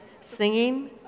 singing